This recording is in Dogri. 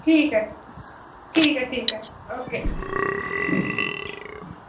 ठीक ऐ ठीक ऐ ठीक ऐ ओके